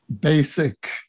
basic